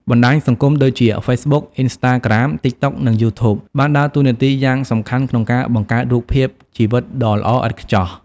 បណ្តាញសង្គមដូចជា Facebook Instagram TikTok និង YouTube បានដើរតួនាទីយ៉ាងសំខាន់ក្នុងការបង្កើតរូបភាព ជីវិតដ៏ល្អឥតខ្ចោះ។